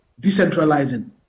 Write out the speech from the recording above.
decentralizing